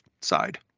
side